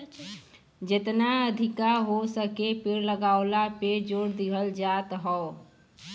जेतना अधिका हो सके पेड़ लगावला पे जोर दिहल जात हौ